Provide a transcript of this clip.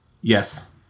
Yes